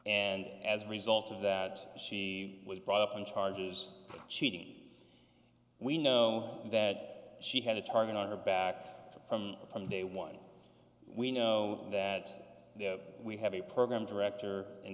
and as a result of that she was brought up on charges of cheating we know that she had a target on her back from from day one we know that we have a program director in